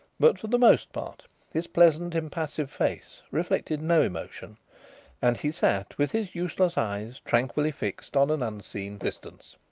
but for the most part his pleasant, impassive face reflected no emotion and he sat with his useless eyes tranquilly fixed on an unseen distance.